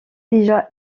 déjà